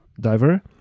diver